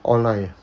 online